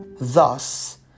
Thus